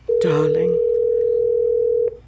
darling